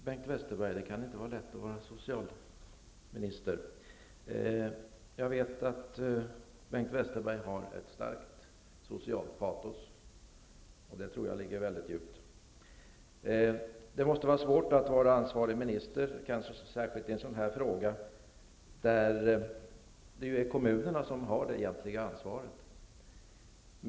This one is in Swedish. Fru talman! Det kan inte vara lätt att vara socialminister. Jag vet att Bengt Westerberg har ett starkt socialt patos, som jag tror ligger mycket djupt. Det måste vara svårt att vara ansvarig minister, särskilt i en sådan här fråga, där det ju är kommunerna som har det egentliga ansvaret.